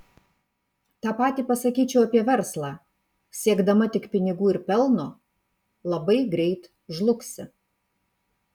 tą patį pasakyčiau apie verslą siekdama tik pinigų ir pelno labai greit žlugsi